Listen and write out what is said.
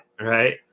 right